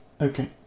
Okay